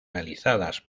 realizadas